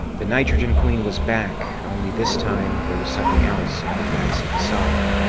the nitrogen queen was back, only this time, there was something else under the icy facade.